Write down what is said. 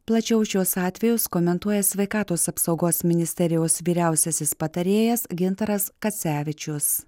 plačiau šiuos atvejus komentuoja sveikatos apsaugos ministerijos vyriausiasis patarėjas gintaras kacevičius